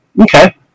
Okay